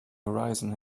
horizon